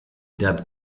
dub